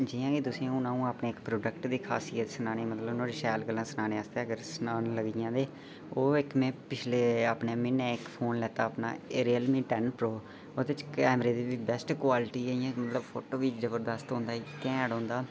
जियां कि तुसें हुन आउं अपने इक प्रोडक्ट दी खासियत सनानी मतलब नुआढ़ी शैल गल्लां सनाने आस्तै अगर सनान लग्गी जां ते ओह् इक ने पिछले अपने म्हीने इक फोन लैता अपना रियल मी टेन प्रो ओह्दे च कैमरे दी बी बैस्ट क्वालिटी ऐ इ'यां मतलब फोटो बी जबरदस्त औंदा घैंट औंदा